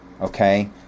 Okay